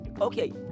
okay